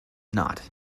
not